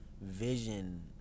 vision